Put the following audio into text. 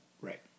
Right